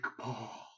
Paul